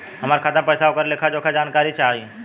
हमार खाता में पैसा ओकर लेखा जोखा के जानकारी चाही?